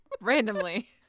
randomly